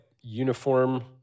uniform